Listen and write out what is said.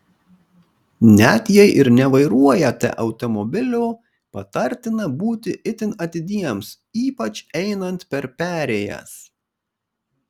net jei ir nevairuojate automobilio patartina būti itin atidiems ypač einant per perėjas